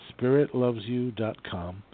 spiritlovesyou.com